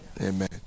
Amen